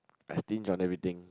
I stingy on everything